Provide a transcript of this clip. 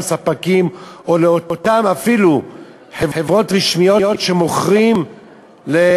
ספקים ואפילו לאותן חברות רשמיות שמוכרות,